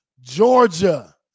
Georgia